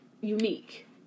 unique